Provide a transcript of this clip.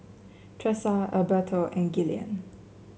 Tressa Alberto and Gillian